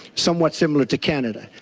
somewhat similar to canada.